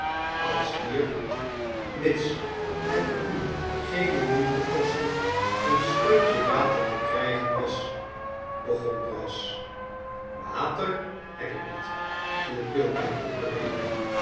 als hier mits het u geene moeite kostte een scheutje water te krijgen was begon brass water heb ik niet viel quilp hem in de rede